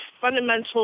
fundamental